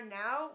now